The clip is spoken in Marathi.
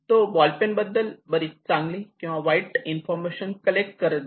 तो बॉल पेन बद्दल बरीच चांगली किंवा वाईट इन्फॉर्मेशन कलेक्ट करत गेला